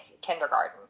kindergarten